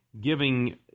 giving